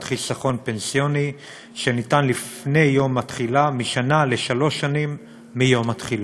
חיסכון פנסיוני שניתן לפני יום התחילה משנה לשלוש שנים מיום התחילה.